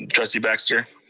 trustee baxter?